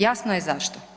Jasno je zašto.